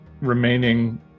remaining